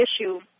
issue